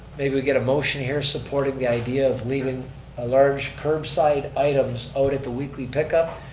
may we get a motion here supporting the idea of leaving a large curbside items out at the weekly pick up?